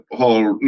whole